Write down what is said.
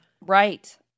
Right